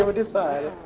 ah decided